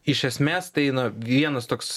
iš esmės tai na vienas toks